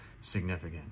significant